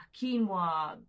quinoa